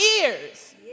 ears